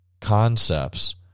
concepts